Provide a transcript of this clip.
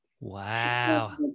wow